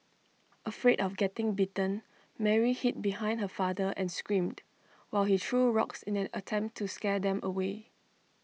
afraid of getting bitten Mary hid behind her father and screamed while he threw rocks in an attempt to scare them away